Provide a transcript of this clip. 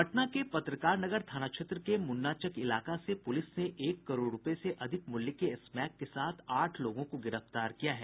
पटना के पत्रकार नगर थाना क्षेत्र के मुन्नाचक इलाका से पुलिस ने एक करोड़ रुपये से अधिक मूल्य के स्मैक के साथ आठ लोगों को गिरफ्तार किया है